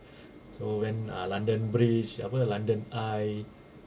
so went err london bridge apa london eye